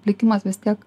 likimas vis tiek